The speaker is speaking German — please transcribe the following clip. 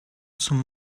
zum